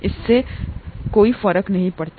इससे कोई फर्क नहीं पड़ता